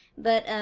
but